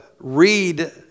read